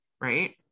right